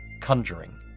conjuring